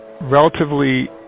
relatively